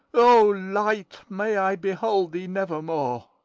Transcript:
o light, may i behold thee nevermore!